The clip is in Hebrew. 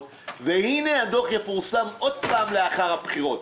והנה הדוח יפורסם עוד פעם לאחר הבחירות.